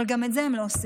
אבל גם את זה הם לא עושים,